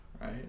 Right